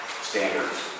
standards